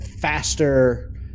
faster